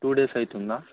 two days అవుతుందా